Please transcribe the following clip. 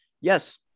yes